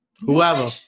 whoever